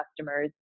customers